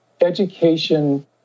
education